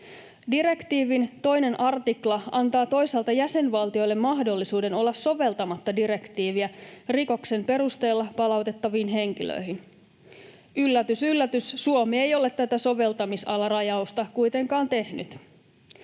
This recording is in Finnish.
Direktiivin 2 artikla antaa toisaalta jäsenvaltioille mahdollisuuden olla soveltamatta direktiiviä rikoksen perusteella palautettaviin henkilöihin. Yllätys yllätys, Suomi ei ole tätä soveltamisalarajausta kuitenkaan tehnyt.